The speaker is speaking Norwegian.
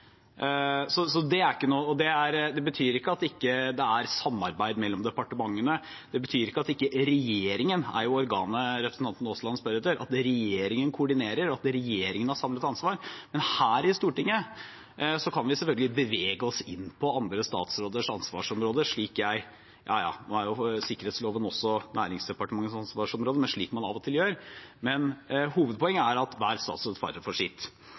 organet representanten Aasland spør etter, koordinerer og har et samlet ansvar. Her i Stortinget kan vi selvfølgelig bevege oss inn på andre statsråders ansvarsområder – nå er jo sikkerhetsloven også Nærings- og fiskeridepartementets ansvarsområde – slik man av og til gjør. Men hovedpoenget er at hver statsråd svarer for sitt.